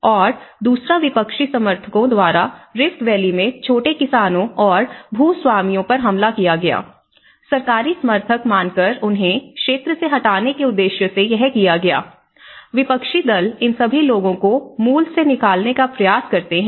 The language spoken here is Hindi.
और दूसरा विपक्षी समर्थकों द्वारा रिफ्ट वेली में छोटे किसानों और भूस्वामियों पर हमला किया गया सरकारी समर्थक मानकर उन्हें क्षेत्र से हटाने के उद्देश्य से यह किया गया विपक्षी दल इन सभी लोगों को मूल से निकालने का प्रयास करते हैं